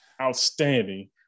outstanding